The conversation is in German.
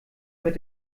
mit